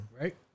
right